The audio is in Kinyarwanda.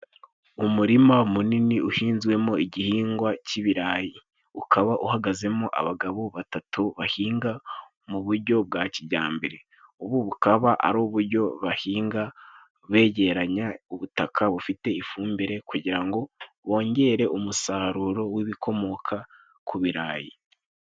Umurima munini uhinzwemo igihingwa cy'ibirayi. Ukaba uhagazemo abagabo batatu bahinga mu buryo bwa kijyambere. Ubu bukaba ari uburyo bahinga begeranya ubutaka bufite ifumbire kugira ngo bongere umusaruro w'ibikomoka ku birayi.